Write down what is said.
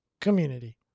community